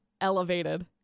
elevated